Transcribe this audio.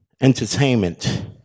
entertainment